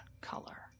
color